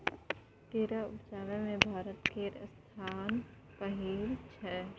केरा उपजाबै मे भारत केर स्थान पहिल छै